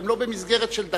אבל הם לא במסגרת של דקה.